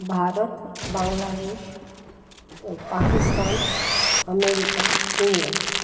भारतं Bangladesh Pakistan America England